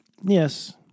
Yes